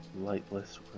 lightless